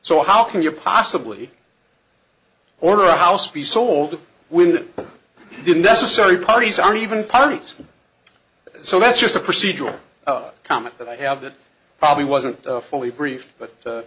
so how can you possibly order a house be sold when the necessary parties aren't even parties so that's just a procedural comment that i have that probably wasn't fully briefed but